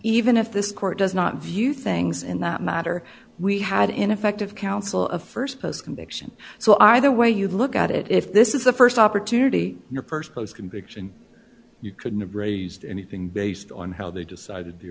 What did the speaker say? even if this court does not view things in that matter we had ineffective counsel of st post conviction so either way you look at it if this is the st opportunity your st post conviction you couldn't have raised anything based on how they decided the